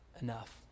Enough